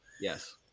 Yes